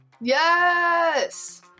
Yes